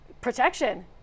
Protection